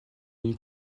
une